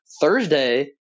Thursday